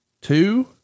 two